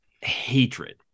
hatred